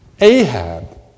Ahab